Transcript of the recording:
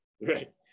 right